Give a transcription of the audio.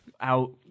out